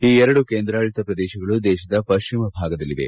ಈ ಎರಡು ಕೇಂದ್ರಾಡಳಿತ ಪ್ರದೇಶಗಳು ದೇಶದ ಪಶ್ಚಿಮ ಭಾಗದಲ್ಲಿವೆ